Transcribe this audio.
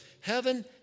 Heaven